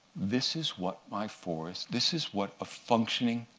this is what my forest this is what a functioning,